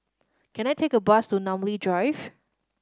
can I take a bus to Namly Drive